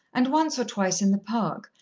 and once or twice in the park,